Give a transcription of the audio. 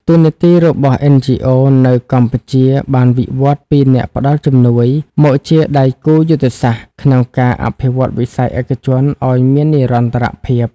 តួនាទីរបស់ NGOs នៅកម្ពុជាបានវិវត្តពី "អ្នកផ្ដល់ជំនួយ" មកជា "ដៃគូយុទ្ធសាស្ត្រ" ក្នុងការអភិវឌ្ឍវិស័យឯកជនឱ្យមាននិរន្តរភាព។